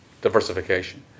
diversification